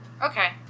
okay